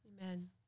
Amen